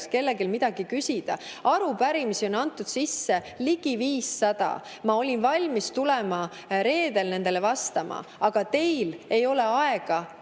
kellelgi midagi küsida. Arupärimisi on antud sisse ligi 500. Ma olin valmis tulema reedel nendele vastama, aga teil ei ole aega